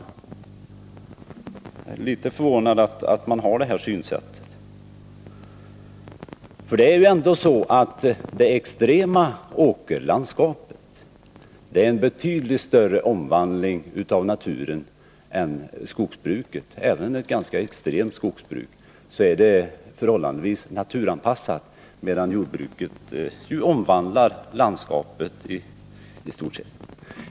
Jagärlitet förvånad över att man har det här synsättet, för det är ändå så att det extrema åkerlandskapet innebär en betydligt större omvandling av naturen än skogsbruket. Även ett ganska extremt skogsbruk är förhållandevis naturanpassat, medan jordbruket ju i stort sett omvandlar landskapet.